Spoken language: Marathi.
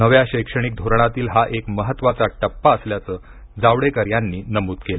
नव्या शैक्षणिक धोरणातील हा एक महत्वाचा टप्पा असल्याचं जावडेकर यांनी नमूद केलं